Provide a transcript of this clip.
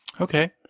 Okay